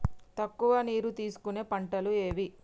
తక్కువ నీరు తీసుకునే పంటలు ఏవి?